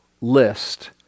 list